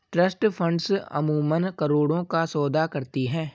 trust funds अमूमन करोड़ों का सौदा करती हैं